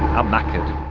i'm knackered.